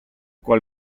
qual